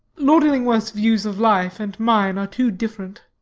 lord illingworth's views of life and mine are too different.